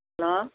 hello